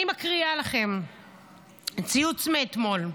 אני מקריאה לכם ציוץ מאתמול: